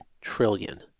trillion